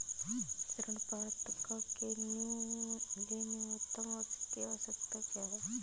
ऋण पात्रता के लिए न्यूनतम वर्ष की आवश्यकता क्या है?